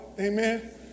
Amen